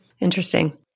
Interesting